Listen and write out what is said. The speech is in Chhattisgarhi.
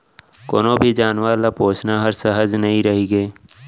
कोनों भी जानवर ल पोसना हर सहज नइ रइगे